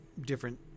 different